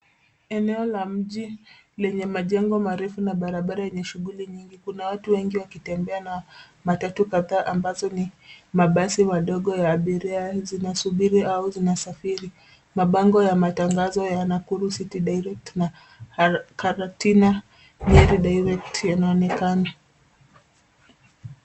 Eneo la mji lenye majengo marefu na barabara yenye shughuli nyingi, kuna watu wengi wakitembea na matatu kadhaa ambazo ni mabasi madogo ya abiria zinasubiri au zinazosafiri. Mabango ya matangazo ya[ Nakuru city direct] na Karatina yanaonekana.